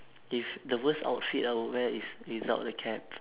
if the worst outfit I would wear is without the cap